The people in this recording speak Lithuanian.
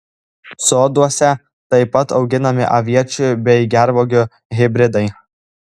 soduose taip pat auginami aviečių bei gervuogių hibridai